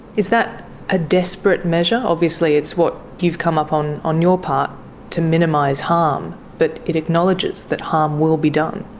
is that a desperate measure? obviously it's what you've come up with on your part to minimise harm, but it acknowledges that harm will be done.